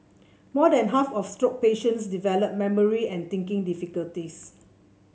more than half of stroke patients develop memory and thinking difficulties